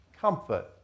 comfort